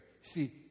See